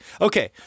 Okay